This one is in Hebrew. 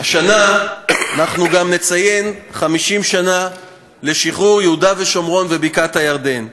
השנה אנחנו גם נציין 50 שנה לשחרור יהודה ושומרון ובקעת-הירדן.